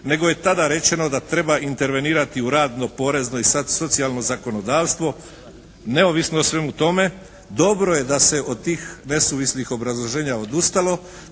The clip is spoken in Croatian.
nego je tada rečeno da treba intervenirati u radno porezno i socijalno zakonodavstvo neovisno o svemu tome dobro je da se od tih nesuvislih obrazloženja odustalo